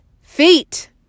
feet